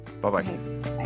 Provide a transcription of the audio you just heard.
Bye-bye